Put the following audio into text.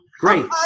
Great